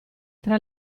tra